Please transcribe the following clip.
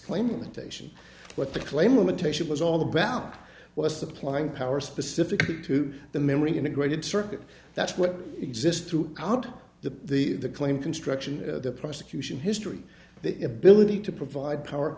claiming the station what the claim limitation was all about was supplying power specifically to the memory integrated circuit that's what exists throughout the claim construction of the prosecution history the ability to provide power